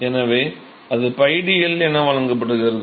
எனவே அது 𝞹d L என வழங்கப்படுகிறது